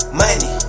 money